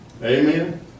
Amen